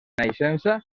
naixença